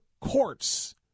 courts